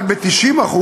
רק ב-90%,